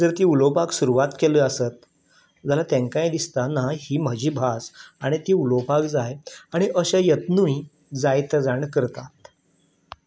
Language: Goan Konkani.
जर ती उलोवपाक सुरवात केली आसत जाल्यार तेंकांय दिसता ना आं ही म्हजी भास आणी ती उलोवपाक जाय आणी अशे यत्नूय जायते जाण करतात